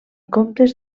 comptes